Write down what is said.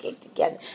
together